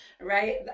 Right